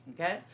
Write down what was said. okay